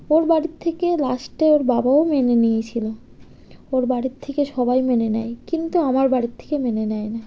ওর বাড়ির থেকে লাস্টে ওর বাবাও মেনে নিয়েছিল ওর বাড়ির থেকে সবাই মেনে নেয় কিন্তু আমার বাড়ির থেকে মেনে নেয় না